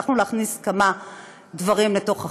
הצלחנו להכניס כמה דברים לתוך החוק,